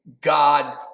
God